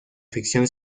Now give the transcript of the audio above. ficción